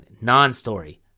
Non-story